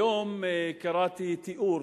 היום קראתי תיאור